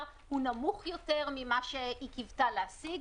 הוא נמוך יותר ממה שהיא קיוותה להשיג.